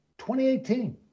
2018